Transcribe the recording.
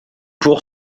pour